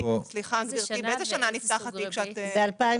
סליחה, גבירתי, באיזה שנה נפתח התיק שאת מדברת?